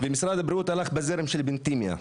ומשרד הבריאות הלך בזרם של אבן תימיה.